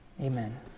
Amen